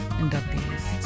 inductees